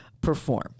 perform